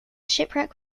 shipwreck